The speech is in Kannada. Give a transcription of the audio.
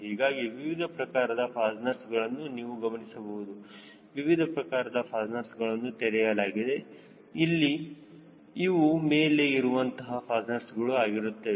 ಹೀಗಾಗಿ ವಿವಿಧ ಪ್ರಕಾರದ ಫಾಸ್ಟ್ನರ್ಸ್ಗಳನ್ನು ನೀವು ಗಮನಿಸಬಹುದು ವಿವಿಧ ಪ್ರಕಾರದ ಫಾಸ್ಟ್ನರ್ಸ್ಗಳನ್ನು ತೆರೆಯಲಾಗಿದೆ ಇವು ಮೇಲೆ ಇರುವಂತಹ ಫಾಸ್ಟ್ನರ್ಸ್ಗಳು ಆಗಿರುತ್ತದೆ